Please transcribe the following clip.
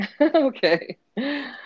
Okay